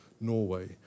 Norway